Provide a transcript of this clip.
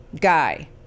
guy